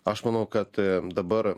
aš manau kad dabar